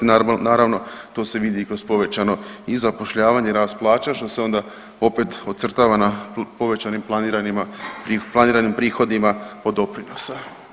Naravno to se vidi i kroz povećano i zapošljavanje i rast plaća, što se onda opet ocrtava na povećanim planiranim prihodima od doprinosa.